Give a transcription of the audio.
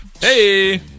Hey